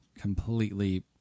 completely